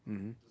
mmhmm